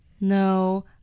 No